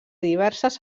diverses